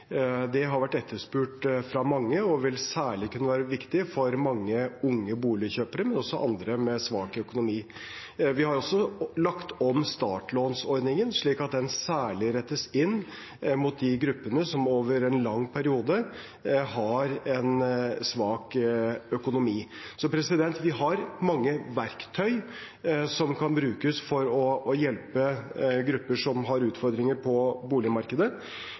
Det har vært etterspurt fra mange og vil særlig kunne være viktig for mange unge boligkjøpere, men også andre med svak økonomi. Vi har også lagt om startlånsordningen, slik at den særlig rettes inn mot de gruppene som over en lang periode har en svak økonomi. Vi har mange verktøy som kan brukes for å hjelpe grupper som har utfordringer på boligmarkedet,